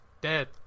dead